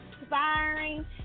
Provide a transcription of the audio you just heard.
inspiring